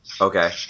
Okay